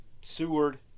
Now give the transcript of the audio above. Seward